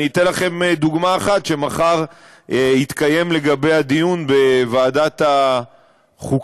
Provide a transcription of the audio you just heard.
אני אתן לכם דוגמה אחת שמחר יתקיים לגביה דיון בוועדת החוקה